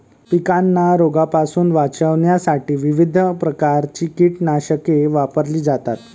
पिकांना रोगांपासून वाचवण्यासाठी विविध प्रकारची कीटकनाशके वापरली जातात